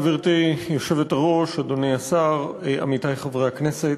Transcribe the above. גברתי היושבת-ראש, אדוני השר, עמיתי חברי הכנסת,